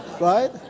Right